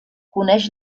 coneix